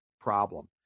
problem